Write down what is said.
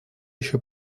еще